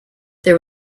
there